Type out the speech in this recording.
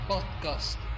Podcast